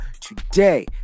today